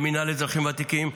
מינהל לאזרחים ותיקים,